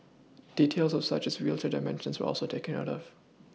details such as wheelchair dimensions were also taken note of